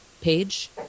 page